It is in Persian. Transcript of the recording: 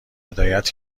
هدایت